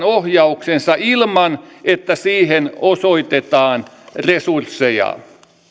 ohjauksensa ilman että siihen osoitetaan resursseja